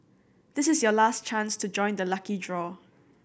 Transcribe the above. this is your last chance to join the lucky draw